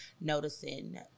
noticing